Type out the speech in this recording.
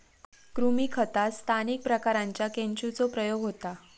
कृमी खतात स्थानिक प्रकारांच्या केंचुचो प्रयोग होता